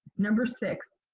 number six,